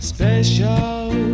Special